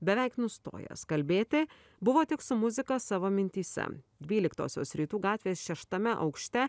beveik nustojęs kalbėti buvo tik su muzika savo mintyse dvyliktosios rytų gatvės šeštame aukšte